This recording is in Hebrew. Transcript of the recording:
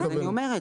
אני אומרת.